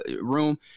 room